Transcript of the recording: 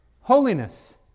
holiness